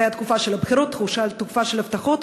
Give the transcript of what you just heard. זה היה בתקופה של הבחירות,